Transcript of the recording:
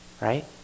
right